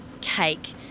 cake